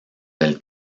del